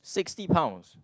sixty pounds